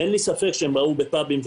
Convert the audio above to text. אין לי ספק שהם ראו בפאבים,